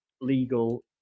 legal